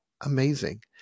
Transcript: Amazing